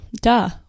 duh